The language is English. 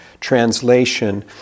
translation